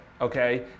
okay